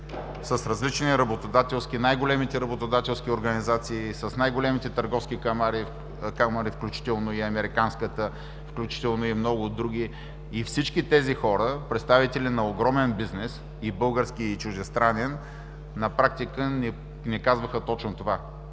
ни над 200 срещи с най-големите работодателски организации, с най-големите търговски камари, включително и американската, и много други, всички тези хора, представители на огромен бизнес – и български, и чуждестранен, на практика ни казваха точно това: